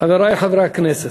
חברי חברי הכנסת,